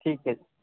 ঠিক আছে